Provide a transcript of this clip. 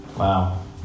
Wow